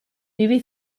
movie